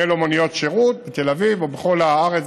יהיו לו מוניות שירות בתל אביב או בכל הארץ,